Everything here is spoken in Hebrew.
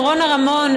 עם רונה רמון,